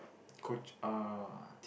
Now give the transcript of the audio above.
coach uh